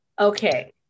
okay